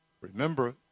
Remember